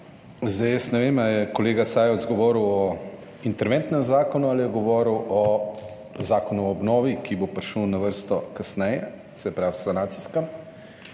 Jaz ne vem ali je kolega Sajovic govoril o interventnem zakonu ali je govoril o zakonu o obnovi, ki bo prišel na vrsto kasneje, se pravi sanacijskem.